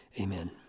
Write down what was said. amen